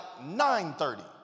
9.30